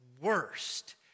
worst